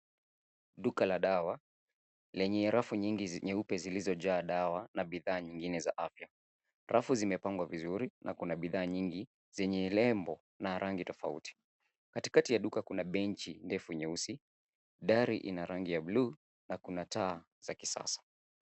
Duka la dawa lenye rafu nyingi nyeupe zilizojaa dawa na bidhaa nyingine za afya. Rafu zimepangwa vizuri na kuna bidhaa nyingi zenye lembo na rangi tofauti. Katikati ya duka kuna benchi ndefu nyeusi, dari ina rangi ya buluu na kuna taa za kisasa.